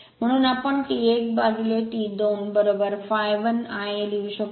म्हणून आम्ही T 1 upon T 2 ∅1 Ia लिहू शकतो